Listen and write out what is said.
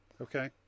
Okay